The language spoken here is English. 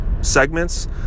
segments